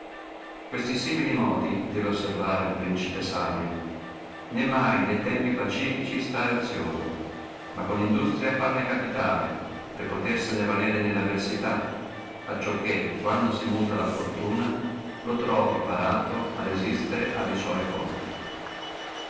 questi simili modi debbe osservare uno principe savio e mai ne tempi pacifici stare ozioso ma con industria farne capitale per potersene valere nelle avversità acciò che quando si muta la fortuna lo truovi parato a resisterle cap